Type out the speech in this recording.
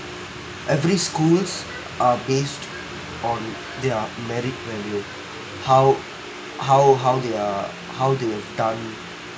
every school are based on their merit value how how how they are they have done